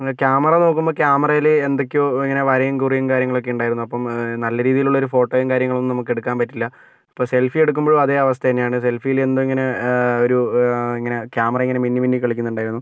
അങ്ങനെ ക്യാമറ നോക്കുമ്പോൾ ക്യാമറയിൽ എന്തൊക്കെയോ ഇങ്ങനെ വരയും കുറിയും കാര്യങ്ങളൊക്കെ ഉണ്ടായിരുന്നു അപ്പം നല്ല രീതിയിലുള്ളൊരു ഫോട്ടോയും കാര്യങ്ങളൊന്നും നമുക്കെടുക്കാൻ പറ്റില്ല അപ്പോൾ സെൽഫി എടുക്കുമ്പോഴും അതേ അവസ്ഥ തന്നെയാണ് സെൽഫിയിൽ എന്തോ ഇങ്ങനെ ഒരു ഇങ്ങനെ കാമറ ഇങ്ങനെ മിന്നി മിന്നി കളിക്കുന്നുണ്ടായിരുന്നു